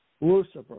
Lucifer